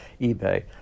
eBay